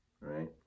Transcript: Right